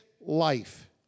life